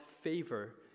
favor